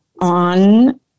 on